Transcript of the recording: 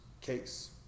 case